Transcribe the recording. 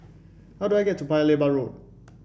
how do I get to Paya Lebar Road